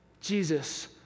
Jesus